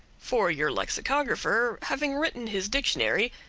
for your lexicographer, having written his dictionary,